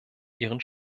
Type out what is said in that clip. ihren